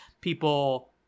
people